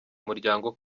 umuryango